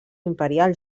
imperial